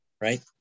right